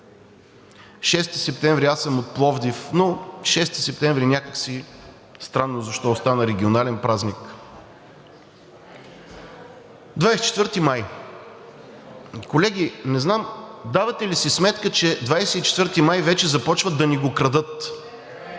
септември, аз съм от Пловдив, но 6 септември някак си странно защо остана регионален празник?! Двадесет и четвърти май – колеги, не знам давате ли си сметка, че 24 май вече започват да ни го крадат?!